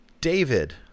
David